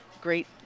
great